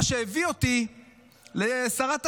מה שהביא אותי לשרת התחבורה,